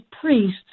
priests